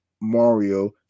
mario